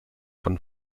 von